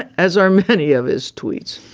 as are many of his tweets,